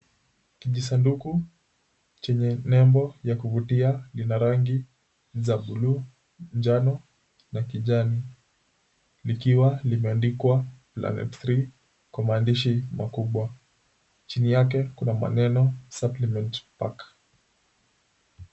Kijisanduku chenye nembo ya kuvutia lina rangi za buluu, njano na kijani likiwa limeandikwa PLANET 3 kwa maandishi makubwa. Chini yake kuna maneno, Suppliment Pack.